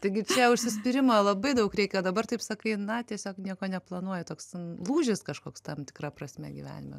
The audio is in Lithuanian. taigi čia užsispyrimo labai daug reikia dabar taip sakai na tiesiog nieko neplanuoju toks lūžis kažkoks tam tikra prasme gyvenime